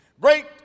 great